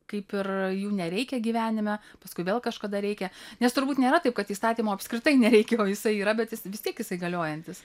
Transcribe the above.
kaip ir jų nereikia gyvenime paskui vėl kažkada reikia nes turbūt nėra taip kad įstatymo apskritai nereikia o jisai yra bet vis tiek jisai galiojantis